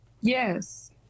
Yes